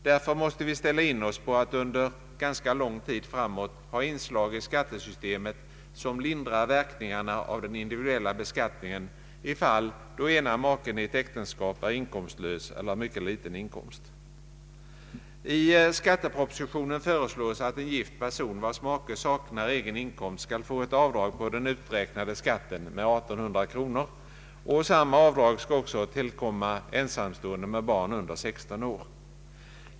Därför måste vi ställa in oss på att under ganska lång tid framåt ha inslag i skattesystemet som lindrar verkningarna av den individuella beskatt ningen i fall då ena maken i ett äktenskap är inkomstlös eller har mycket liten inkomst. I skattepropositionen föreslås att en gift person vars make saknat inkomst skall få ett avdrag på den uträknade skatten med 1800 kronor. Samma avdrag skall tillkomma ensamstående med barn under 16 år.